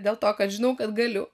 dėl to kad žinau kad galiu